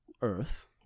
earth